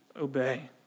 obey